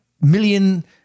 million